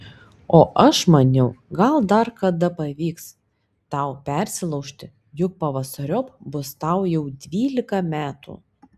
o aš maniau gal dar kada pavyks tau persilaužti juk pavasariop bus tau jau dvylika metų